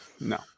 No